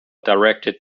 directed